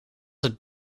het